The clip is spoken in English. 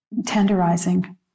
tenderizing